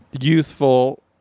youthful